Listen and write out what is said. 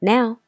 Now